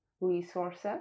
Resources